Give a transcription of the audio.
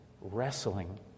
wrestling